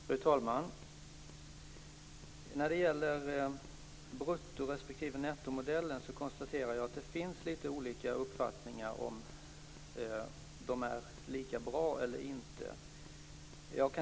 Fru talman! När det gäller brutto respektive nettomodellen konstaterar jag att det finns lite olika uppfattningar om de är lika bra eller inte.